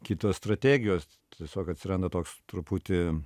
kitos strategijos tiesiog atsiranda toks truputį